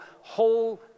whole